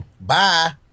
Bye